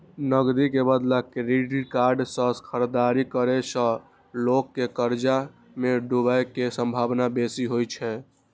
नकदी के बदला क्रेडिट कार्ड सं खरीदारी करै सं लोग के कर्ज मे डूबै के संभावना बेसी होइ छै